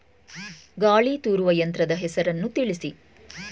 ಗಾಳಿ ತೂರುವ ಯಂತ್ರದ ಹೆಸರನ್ನು ತಿಳಿಸಿ?